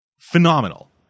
phenomenal